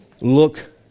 Look